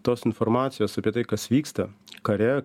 tos informacijos apie tai kas vyksta kare